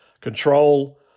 control